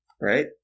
right